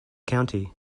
county